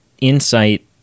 insight